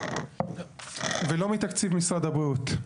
ולא מתקציב משרד הבריאות.